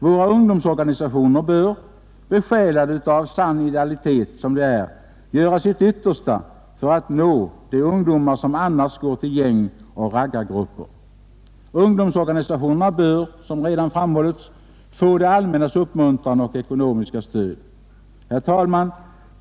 Våra ungdomsorganisationer bör — besjälade av sann idealitet som de är — göra sitt yttersta för att nå de ungdomar som annars går till gäng och raggargrupper. Ungdomsorganisationerna bör, som redan framhållits, få det allmännas uppmuntran och ekonomiska stöd. Herr talman!